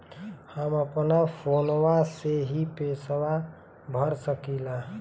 हम अपना फोनवा से ही पेसवा भर सकी ला?